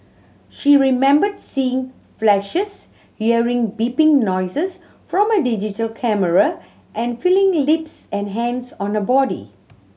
she remembered seeing flashes hearing beeping noises from a digital camera and feeling lips and hands on her body